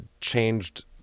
changed